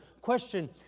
question